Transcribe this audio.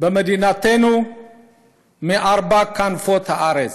במדינתנו מארבע כנפות הארץ.